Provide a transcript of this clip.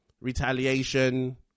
retaliation